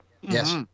yes